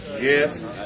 Yes